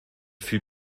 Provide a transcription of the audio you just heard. fut